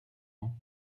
ans